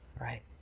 Right